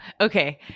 Okay